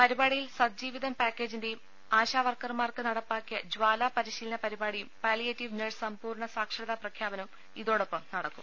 പരിപാടിയിൽ സത്ജീവിതം പാക്കേജിന്റെയും ആശാവർക്കർമാർക്ക് നടപ്പാക്കിയ ജ്വാല പരിശീലന പരിപാടിയും പാലിയേറ്റീവ് നഴ്സ് സമ്പൂർണ്ണ സാക്ഷരതാ പ്രഖ്യാപനവും ഇതോടൊപ്പം നടക്കും